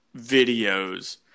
videos